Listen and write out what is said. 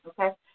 Okay